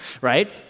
right